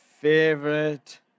favorite